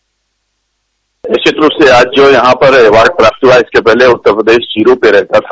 bite निश्चित रूप से आज जो यहां पर अवार्ड प्राप्त हुआ इसके पहले उत्तर प्रदेश जीरो पर रहता था